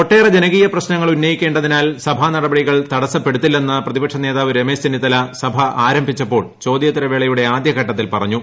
ഒട്ടേറെ ജനകീയ പ്രശ്നങ്ങൾ ഉന്നയിക്കേണ്ടതിനാൽ സഭാ നടപടികൾ തടസപ്പെടുത്തില്ലെന്ന് പ്രതിപക്ഷ നേതാവ് രമേശ് ചെന്നിത്തല സഭ ആരംഭിച്ചപ്പോൾ പ്രോദ്യോത്തരവേളയുടെ ആദ്യഘട്ടത്തിൽ പറഞ്ഞു